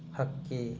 ಹಕ್ಕಿ